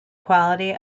quality